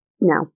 No